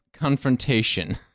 Confrontation